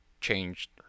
changed